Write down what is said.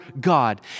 God